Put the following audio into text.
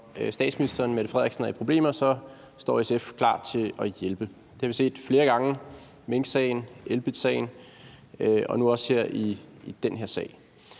når statsministeren er i problemer, står SF klar til at hjælpe. Det har vi set flere gange – minksagen, Elbitsagen og nu også her i den her sag.